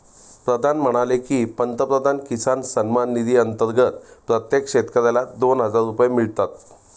प्रधान म्हणाले की, पंतप्रधान किसान सन्मान निधी अंतर्गत प्रत्येक शेतकऱ्याला दोन हजार रुपये मिळतात